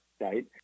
right